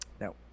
No